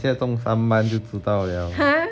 等下中 summon 就知道 liao